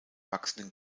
wachsenden